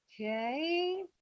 Okay